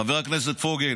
חבר הכנסת פוגל,